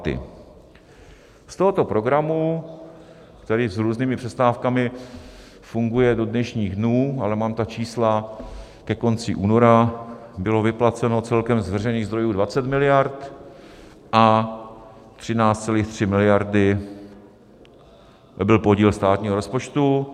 Z tohoto programu, který s různými přestávkami funguje do dnešních dnů, ale mám ta čísla ke konci února, bylo vyplaceno celkem z veřejných zdrojů 20 miliard a 13,3 miliardy byl podíl státního rozpočtu.